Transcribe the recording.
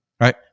right